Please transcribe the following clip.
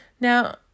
now